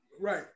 Right